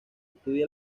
estudia